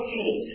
okay